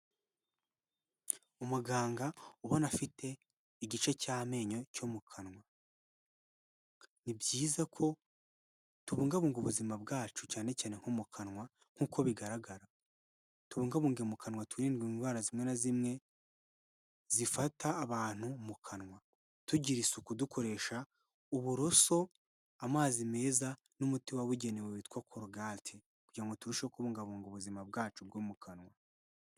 Umuganga ubona afite igice cy'amenyo cyo mu kanwa, ni byiza ko tubungabunga ubuzima bwacu cyane cyane nko mu kanwa nk'uko bigaragara, tubungabunge mu kanwa twirindwe indwara zimwe na zimwe zifata abantu mu kanwa, tugira isuku dukoresha uburoso, amazi meza n'umuti wabugenewe witwa corogate kugira ngo turusheho kubungabunga ubuzima bwacu bwo mu kanwa.